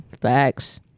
facts